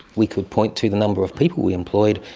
we could point to the number of people we employed,